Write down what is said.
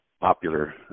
popular